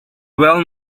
well